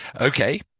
okay